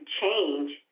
change